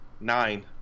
Nine